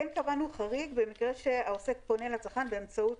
כן קבענו חריג במקרה שהעוסק פונה לצרכן באמצעות